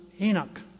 Enoch